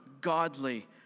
godly